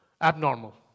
abnormal